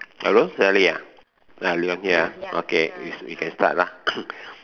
hello Sally ah ya you're here ah okay we we can start lah